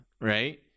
right